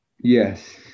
Yes